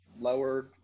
lower